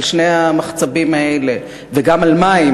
על שני המחצבים האלה וגם על מים,